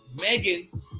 Megan